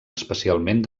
especialment